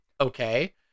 Okay